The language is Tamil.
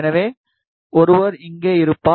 எனவே ஒருவர் இங்கே இருப்பார்